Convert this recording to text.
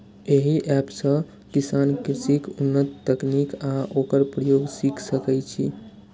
एहि एप सं किसान कृषिक उन्नत तकनीक आ ओकर प्रयोग सीख सकै छै